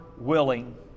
willing